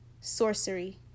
sorcery